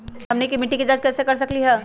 हमनी के मिट्टी के जाँच कैसे कर सकीले है?